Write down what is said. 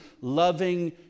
loving